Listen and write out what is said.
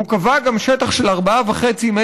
הוא גם קבע שטח של 4.5 מ"ר,